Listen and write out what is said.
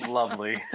lovely